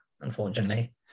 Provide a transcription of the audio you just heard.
Unfortunately